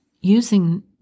using